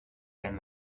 wenn